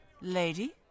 Lady